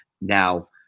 now